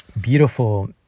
beautiful